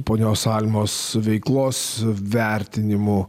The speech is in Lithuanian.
ponios almos veiklos vertinimų